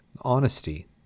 Honesty